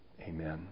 Amen